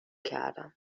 کردم